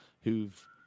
who've